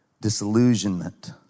disillusionment